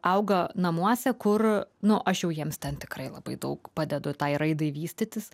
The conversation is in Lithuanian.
auga namuose kur nu aš jau jiems ten tikrai labai daug padedu tai raidai vystytis